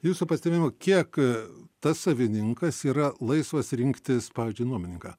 jūsų pastebėjimu kiek tas savininkas yra laisvas rinktis pavyzdžiui nuomininką